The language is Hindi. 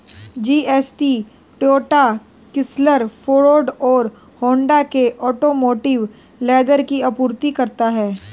जी.एस.टी टोयोटा, क्रिसलर, फोर्ड और होंडा के ऑटोमोटिव लेदर की आपूर्ति करता है